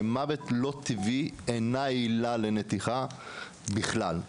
שמוות לא טבעי אינה עילה לנתיחה בכלל.